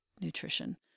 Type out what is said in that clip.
nutrition